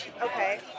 Okay